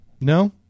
No